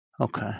Okay